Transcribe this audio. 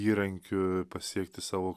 įrankiu pasiekti savo